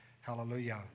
Hallelujah